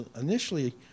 initially